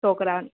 છોકરાઓને